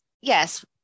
yes